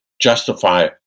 justify